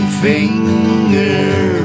finger